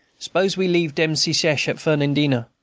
s'pose we leave dem secesh at fernandina,